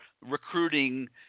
recruiting